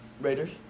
Raiders